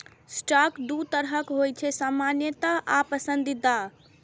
stock दू तरहक होइ छै, सामान्य आ पसंदीदा